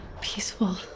peaceful